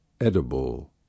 edible